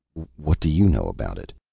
what do you know about it?